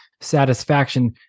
satisfaction